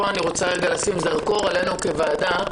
פה אני רוצה לשים זרקור עלינו כוועדה,